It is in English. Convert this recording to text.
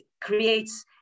creates